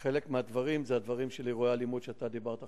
וחלק מהדברים הם הדברים של אירועי האלימות שאתה דיברת עליהם,